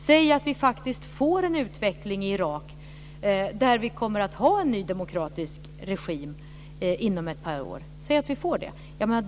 Säg att vi faktiskt får en utveckling i Irak där man kommer att ha en ny demokratisk regim inom ett par år. Säg att vi får det!